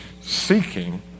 seeking